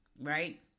Right